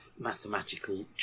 mathematical